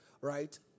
right